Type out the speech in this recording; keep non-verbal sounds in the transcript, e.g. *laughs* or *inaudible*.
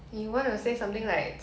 *laughs*